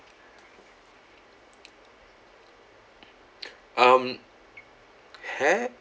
um hair